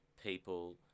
people